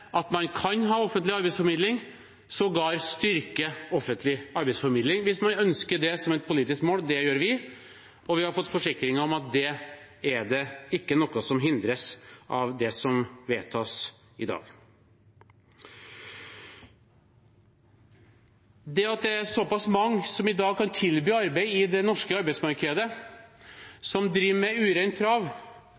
at man kan ha offentlig arbeidsformidling – og sågar styrke offentlig arbeidsformidling hvis man ønsker det som et politisk mål; det gjør vi – og vi har fått forsikringer om at det ikke er noe som hindres av det som vedtas i dag. Det at såpass mange som i dag kan tilby arbeid i det norske arbeidsmarkedet,